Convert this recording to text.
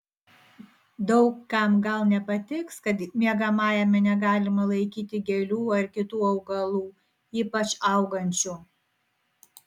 daug kam gal nepatiks kad miegamajame negalima laikyti gėlių ar kitų augalų ypač augančių